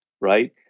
right